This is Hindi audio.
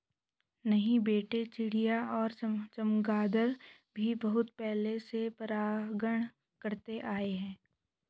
नहीं बेटे चिड़िया और चमगादर भी बहुत पहले से परागण करते आए हैं